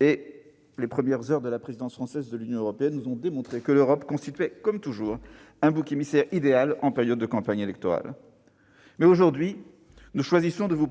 Les premières heures de la présidence française du Conseil de l'Union européenne nous ont enfin démontré que l'Europe constituait, comme toujours, un bouc émissaire idéal en période de campagne électorale. Aujourd'hui, nous choisissons d'aller à